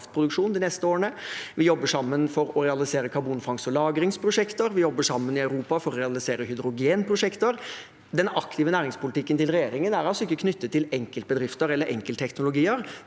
Vi jobber sammen for å realisere karbonfangst- og lag ringsprosjekter, og vi jobber sammen i Europa for å realisere hydrogenprosjekter. Den aktive næringspolitikken til regjeringen er altså ikke knyttet til enkeltbedrifter eller enkeltteknologier,